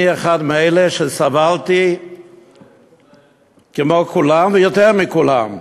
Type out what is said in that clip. אני אחד מאלה, סבלתי כמו כולם ויותר מכולם,